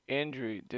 injury